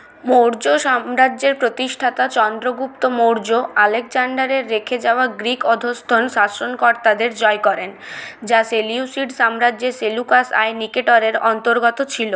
মৌর্য সাম্রাজ্যের প্রতিষ্ঠাতা চন্দ্রগুপ্ত মৌর্য আলেকজান্ডারের রেখে যাওয়া গ্রিক অধস্তন শাসনকর্তাদের জয় করেন যা সেলিউসিড সাম্রাজ্যের সেলুকাস আই নিকেটরের অন্তর্গত ছিল